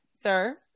Sir